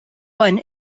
one